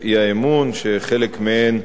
שחלק מהן עסקו